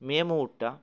মে ময়ূরটা